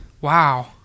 Wow